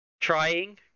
trying